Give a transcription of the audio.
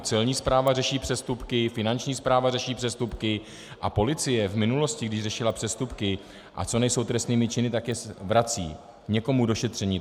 Celní správa řeší přestupky, Finanční správa řeší přestupky a policie v minulosti, když řešila přestupky, co nejsou trestnými činy, tak je vrací někomu k došetření.